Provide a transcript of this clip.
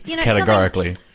categorically